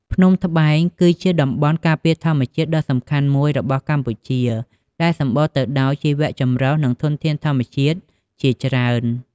ភ្នំត្បែង គឺជាតំបន់ការពារធម្មជាតិដ៏សំខាន់មួយរបស់កម្ពុជា ដែលសម្បូរទៅដោយជីវៈចម្រុះ និងធនធានធម្មជាតិជាច្រើន។